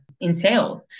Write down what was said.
entails